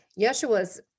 Yeshua's